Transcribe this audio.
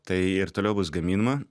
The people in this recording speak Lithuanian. tai ir toliau bus gaminama